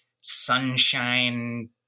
sunshine